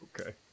Okay